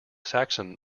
saxon